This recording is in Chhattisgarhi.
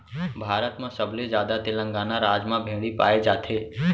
भारत म सबले जादा तेलंगाना राज म भेड़ी पाए जाथे